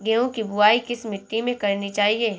गेहूँ की बुवाई किस मिट्टी में करनी चाहिए?